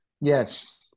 yes